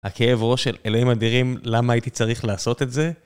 הכאב ראש של אלהים אדירים למה הייתי צריך לעשות את זה?